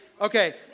okay